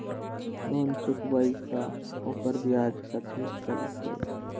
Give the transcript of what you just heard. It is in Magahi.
लोन चुकबई त ओकर ब्याज कथि चलतई?